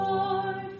Lord